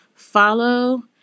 Follow